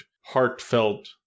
heartfelt